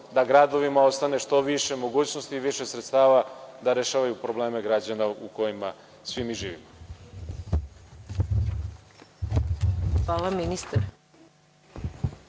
da gradovima ostane što više mogućnosti i što više sredstava da rešavaju probleme gradova u kojima svi mi živimo. **Maja